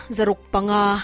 Zarukpanga